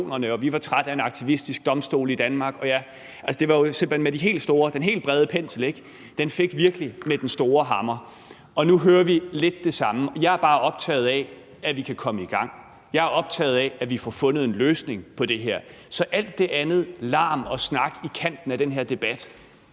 at vi var trætte af en aktivistisk domstol i Danmark. Altså, det var jo simpelt hen med den helt brede pensel, ikke, og den fik virkelig med den store hammer. Og nu hører vi lidt det samme. Jeg er bare optaget af, at vi kan komme i gang. Jeg er optaget af, at vi får fundet en løsning på det her – så al den anden larm og snak i kanten af den her debat